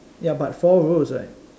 ya but four rows right